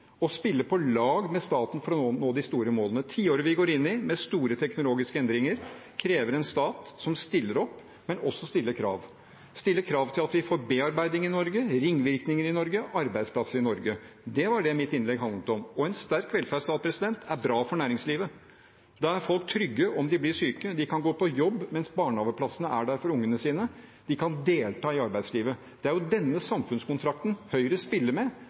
å spille på lag med staten for å nå de store målene. Tiåret vi går inn i, med store teknologiske endringer, krever en stat som stiller opp, men som også stiller krav – stiller krav til at vi får bearbeiding i Norge, ringvirkninger i Norge og arbeidsplasser i Norge. Det var det mitt innlegg handlet om. En sterk velferdsstat er bra for næringslivet. Da er folk trygge om de blir syke, de kan gå på jobb mens barnehageplassene er der for ungene, de kan delta i arbeidslivet. Det er denne samfunnskontrakten Høyre spiller med